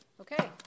Okay